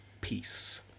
peace